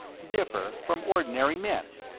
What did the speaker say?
differ from ordinary men?